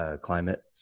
climate